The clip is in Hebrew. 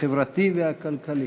החברתי והכלכלי.